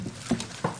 ננעלה בשעה